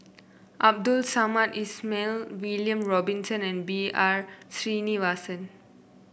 Abdul Samad Ismail William Robinson and B R Sreenivasan